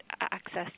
access